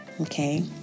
okay